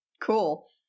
Cool